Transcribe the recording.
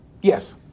Yes